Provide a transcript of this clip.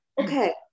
okay